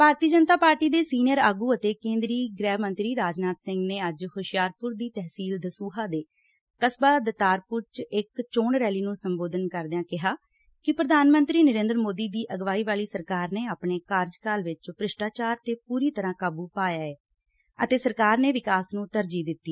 ਭਾਰਤੀ Janata party ਦੇ senior ਆਗੁ ਅਤੇ ਕੇਂਦਰੀ ਗ੍ਹਿ ਮੰਤਰੀ ਰਾਜਨਾਥ ਸਿੰਘ ਨੇ ਅੱਜ ਹੁਸ਼ਿਆਰਪੁਰ ਦੀ ਤਹਿਸੀਲ ਦਸੂਹਾ ਦੇ ਕਸਬਾ ਦਤਾਰਪੁਰ ਚ ਇਕ ਚੋਣ ਰੈਲੀ ਨੂੰ ਸੰਬੋਧਨ ਕਰਦਿਆਂ ਕਿਹਾ ਕਿ ਪ੍ਰਧਾਨ ਮੰਤਰੀ ਨਰੇਂਦਰ ਮੌਦੀ ਦੀ ਅਗਵਾਈ ਵਾਲੀ ਸਰਕਾਰ ਨੇ ਆਪਣੇ ਕਾਰਜਕਾਲ ਵਿਚ ਭ੍ਸਿਸਟਾਚਾਰ ਤੇ ਪੂਰੀ ਤਰ੍ਹਾ ਕਾਬੂ ਪਾਇਆ ਗਿਆ ਅਤੇ ਸਰਕਾਰ ਨੇ ਵਿਕਾਸ ਨੂੰ ਤਰਜੀਹ ਦਿੱਤੀ